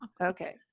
okay